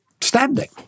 standing